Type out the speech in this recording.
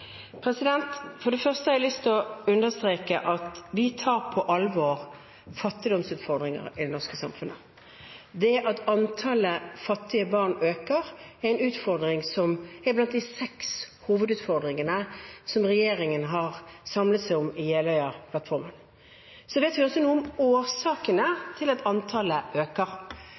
For det første har jeg lyst til å understreke at vi tar fattigdomsutfordringene i det norske samfunnet på alvor. Det at antallet fattige barn øker, er en utfordring som er blant de seks hovedutfordringene som regjeringen har samlet seg om i Jeløya-plattformen. Så vet vi også noe om årsakene til at antallet øker.